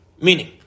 Meaning